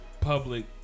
public